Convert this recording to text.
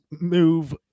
move